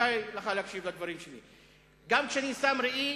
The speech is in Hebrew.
כדאי לך להקשיב לדברים שלי, גם כשאני שם ראי,